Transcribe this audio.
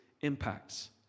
impacts